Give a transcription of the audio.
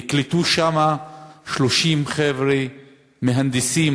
ונקלטו שם 30 חבר'ה מהנדסים,